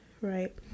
right